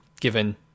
given